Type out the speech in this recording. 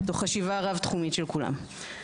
תוך חשיבה רב תחומית של כולם.